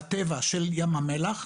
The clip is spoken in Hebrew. בטבע של ים המלח,